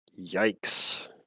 Yikes